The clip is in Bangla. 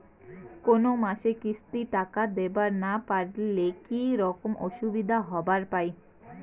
কোনো মাসে কিস্তির টাকা দিবার না পারিলে কি রকম অসুবিধা হবার পায়?